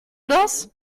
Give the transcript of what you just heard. das